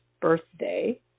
birthday